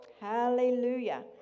Hallelujah